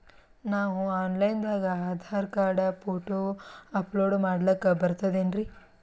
ನಾವು online ದಾಗ Aadhaar card, photo upload ಮಾಡ್ಲಕ ಬರ್ತದೇನ್ರಿ?